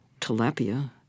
tilapia